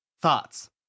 Thoughts